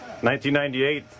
1998